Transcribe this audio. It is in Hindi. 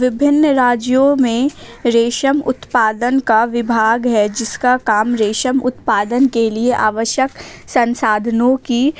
विभिन्न राज्यों में रेशम उत्पादन का विभाग है जिसका काम रेशम उत्पादन के लिए आवश्यक संसाधनों की